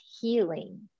healing